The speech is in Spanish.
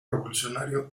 revolucionario